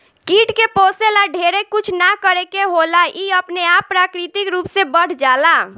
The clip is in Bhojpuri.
कीट के पोसे ला ढेरे कुछ ना करे के होला इ अपने आप प्राकृतिक रूप से बढ़ जाला